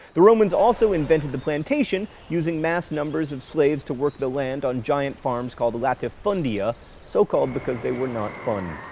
the romans also invented the plantation, using mass numbers of slaves to work the land on giant farms called latifundia, so called because they were not fun.